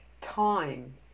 time